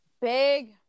Big